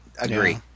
agree